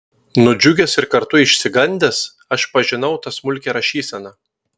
nudžiugęs ir kartu išsigandęs aš pažinau tą smulkią rašyseną